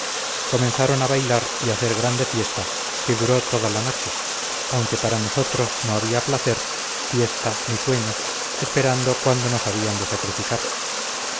comenzaron a bailar y hacer grande fiesta que duró toda la noche aunque para nosotros no había placer fiesta ni sueño esperando cuándo nos habían de sacrificar